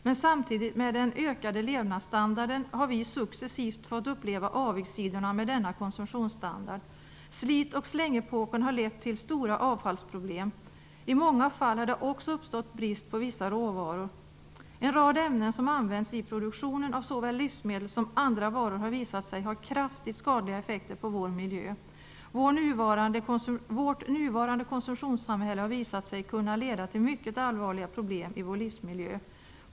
Men samtidigt med den ökade levnadsstandarden har vi successivt fått uppleva avigsidor med denna konsumtionsstandard. Slit-ochsläng-epoken har lett till stora avfallsproblem. I många fall har det också uppstått brist på vissa råvaror. En rad ämnen som används i produktionen i såväl livsmedel som andra varor har visat sig ha kraftigt skadliga effekter på vår miljö. Vårt nuvarande konsumtionssamhälle har visat sig kunna leda till mycket allvarliga problem i vår livsmiljö.